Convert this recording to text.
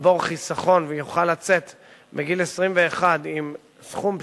יצבור חיסכון ויוכל לצאת בגיל 21 עם סכום בסיסי,